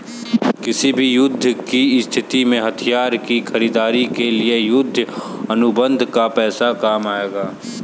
किसी भी युद्ध की स्थिति में हथियार की खरीदारी के लिए युद्ध अनुबंध का पैसा काम आएगा